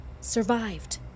survived